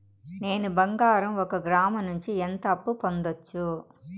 నేను బంగారం ఒక గ్రాము నుంచి ఎంత అప్పు పొందొచ్చు